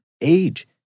Age